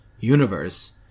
Universe